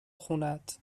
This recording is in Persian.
خونهت